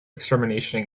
extermination